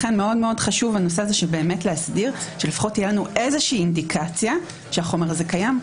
לכן מאוד חשוב להסדיר שתהיה איזושהי אינדיקציה שהחומר הזה קיים.